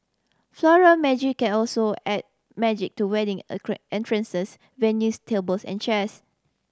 Floral Magic can also add magic to wedding entrances venues tables and chairs